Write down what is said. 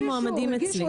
אין לי מועמדים אצלי.